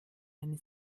eine